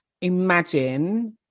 imagine